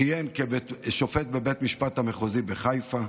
שכיהן כשופט בבית המשפט המחוזי בחיפה.